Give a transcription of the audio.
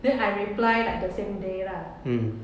then I reply like the same day lah